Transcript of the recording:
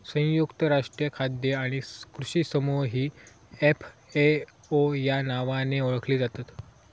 संयुक्त राष्ट्रीय खाद्य आणि कृषी समूह ही एफ.ए.ओ या नावाने ओळखली जातत